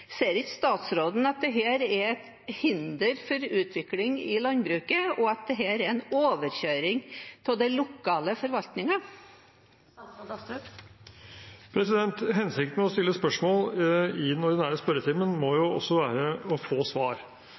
Ser ikke statsråden at dette er et hinder for utvikling i landbruket, og at det er en overkjøring av den lokale forvaltningen? Hensikten med å stille spørsmål i den ordinære spørretimen må jo også være å få svar.